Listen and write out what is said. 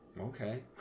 okay